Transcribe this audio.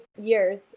years